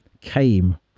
came